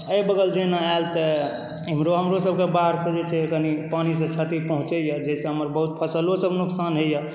एहि बगल जहिना आयल तऽ इम्हरो हमरोसभकेँ बाढ़सँ जे छै कनि पानीसँ क्षति पहुँचैए जाहिसँ हमर बहुत फसलोसभ नुकसान होइए